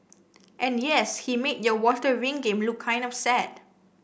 and yes he made your water ring game look kind of sad